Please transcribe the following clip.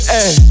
Hey